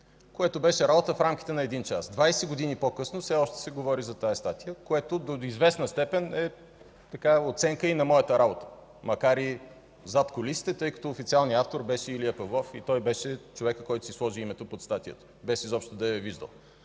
което беше работа в рамките на един час. Двадесет години по-късно все още се говори за тази статия, което до известна степен е оценка и на моята работа, макар и зад кулисите, тъй като официалният автор беше Илия Павлов и той беше човекът, който си сложи името под статията, без изобщо да я е виждал.